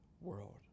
world